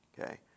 Okay